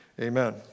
Amen